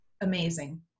amazing